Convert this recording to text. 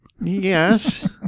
Yes